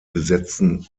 besetzten